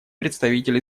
представитель